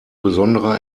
besonderer